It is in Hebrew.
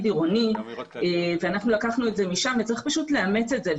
עירוני ואנחנו לקחנו את זה משם וצריך פשוט לאמץ את זה.